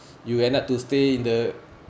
you end up to stay in the